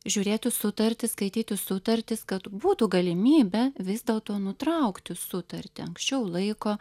žiūrėti sutartis skaityti sutartis kad būtų galimybė vis dėlto nutraukti sutartį anksčiau laiko